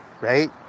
right